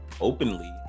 openly